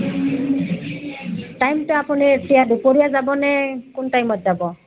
টাইমটো আপুনি এতিয়া দুপৰীয়া যাবনে কোন টাইমত যাব